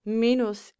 minus